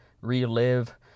relive